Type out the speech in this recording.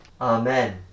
Amen